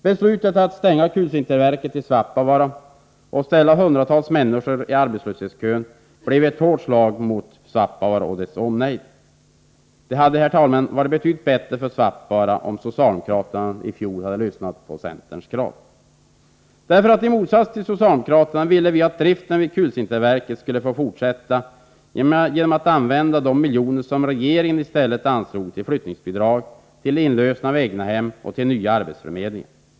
Beslutet att stänga kulsinterverket i Svappavaara och ställa hundratals människor i arbetslöshetskön blev ett hårt slag mot Svappavaara och dess omnejd. Det hade varit betydligt bättre för Svappavaara om socialdemokraterna i fjol lyssnat på centerns krav. I motsats till socialdemokraterna ville vi att driften vid kulsinterverket skulle få fortsätta genom att man använde de miljoner som regeringen i stället anslog till flyttningsbidrag, inlösen av egnahem och nya arbetsförmedlingar.